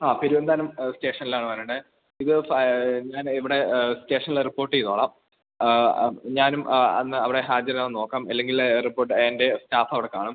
ആ പെരുവന്താനം സ്റ്റേഷനിലാണ് വരേണ്ടത് ഇത് ഞാന് ഇവിടെ സ്റ്റേഷനില് റിപ്പോര്ട്ട് ചെയ്തുകൊള്ളാം ഞാനും ആ അന്ന് അവിടെ ഹാജരാകാന് നോക്കാം അല്ലെങ്കില് റിപ്പോര്ട്ട് എൻ്റെ സ്റ്റാഫ് അവിടെ കാണും